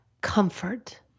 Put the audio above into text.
comfort